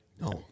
No